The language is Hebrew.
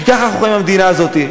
כי ככה אנחנו חיים במדינה הזאת.